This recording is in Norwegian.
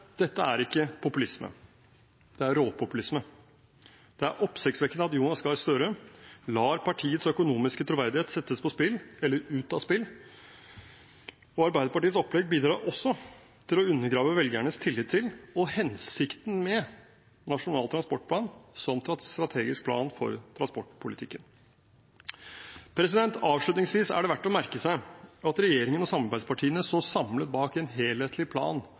Dette er ikke populisme. Det er råpopulisme. Det er oppsiktsvekkende at Jonas Gahr Støre lar partiets økonomiske troverdighet settes på spill – eller ut av spill. Arbeiderpartiets opplegg bidrar også til å undergrave velgernes tillit til – og hensikten med – Nasjonal transportplan som strategisk plan for transportpolitikken. Avslutningsvis er det verdt å merke seg at regjeringen og samarbeidspartiene står samlet bak en helhetlig plan